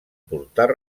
portar